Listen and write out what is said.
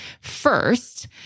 first